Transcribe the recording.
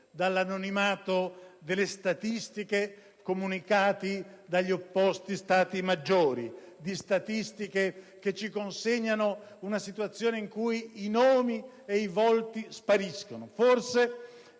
dall'anonimato delle statistiche comunicate dagli opposti Stati maggiori, di statistiche che ci consegnano una situazione in cui i nomi ed i volti spariscono. Forse